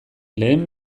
lehen